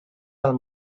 del